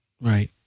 Right